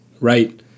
right